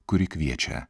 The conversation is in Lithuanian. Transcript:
kuri kviečia